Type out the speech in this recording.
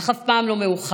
אך אף פעם לא מאוחר.